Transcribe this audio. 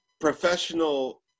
professional